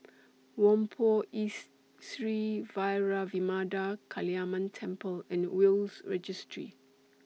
Whampoa East Sri Vairavimada Kaliamman Temple and Will's Registry